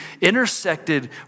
intersected